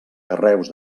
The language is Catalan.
carreus